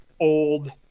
old –